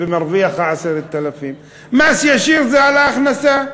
שמרוויח 10,000. מס ישיר זה על ההכנסה.